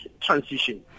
transition